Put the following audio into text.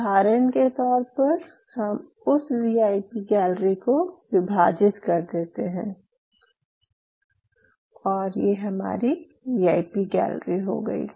उदाहरण के तौर पर हम उस वीआईपी गैलरी को विभाजित कर देते हैं और ये हमारी वीआईपी गैलरी हो गयी